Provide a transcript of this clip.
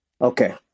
Okay